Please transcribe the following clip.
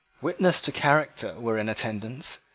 witnesses to character were in attendance,